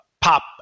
pop